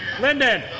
Linden